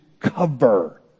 cover